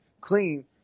clean